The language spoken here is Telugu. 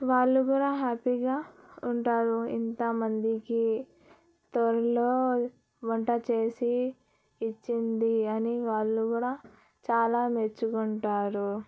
వాళ్ళు కూడా హ్యాపీగా ఉంటారు ఇంతమందికి త్వరలో వంట చేసి ఇచ్చింది అని వాళ్ళు కూడా చాలా మెచ్చుకుంటారు